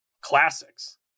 classics